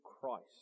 Christ